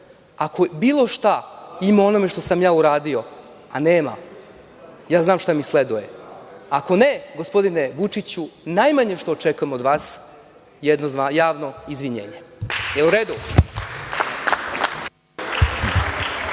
Ako bilo šta ima u onome što sam ja uradio, a nema, znam šta mi sleduje. Ako ne, gospodine Vučiću, najmanje što očekujem od vas je jedno javno izvinjenje. Da li je u